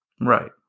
Right